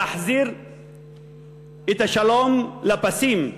להחזיר את השלום לפסים,